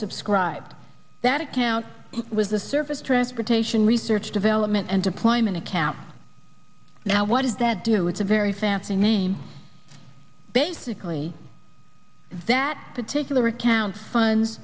oversubscribed that account was the surface transportation research development and deployment accounts now what did that do it's a very fancy name basically that particular account